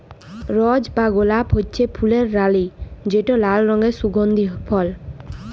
রজ বা গোলাপ হছে ফুলের রালি যেট লাল রঙের সুগল্ধি ফল